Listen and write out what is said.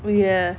oh ya